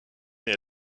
est